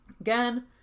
Again